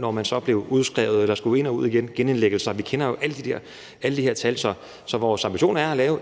når man så blev udskrevet eller skulle ind igen i form af en genindlæggelse. Vi kender jo alle de her tal. Så vores ambition er at lave